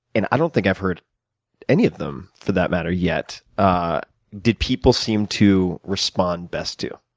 and i don't think i've heard any of them, for that matter yet, ah did people seem to respond best to?